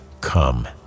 come